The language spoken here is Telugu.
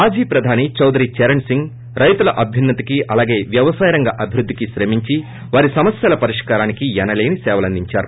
మాజీ ప్రధాని చౌదరి చరణ్ సింగ్ రైతుల అభ్యున్న తికి అలాగే వ్యవసాయ రంగం అభివృద్ధికి శ్రమించి వారి సమస్యల పరిష్కారానికి ఎనలేని సేవలందించారు